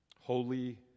Holy